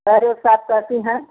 पैर उर साफ़ करती हैं